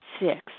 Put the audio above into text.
six